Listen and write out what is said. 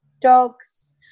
dogs